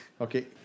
Okay